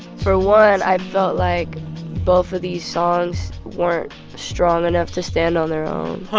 for one, i felt like both of these songs weren't strong enough to stand on their own.